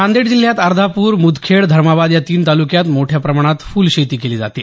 नांदेड जिल्ह्यात अर्धापूर मुदखेड धर्माबाद या तीन तालुक्यात मोठ्या प्रमाणात फुल शेती केली जाते